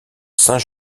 saint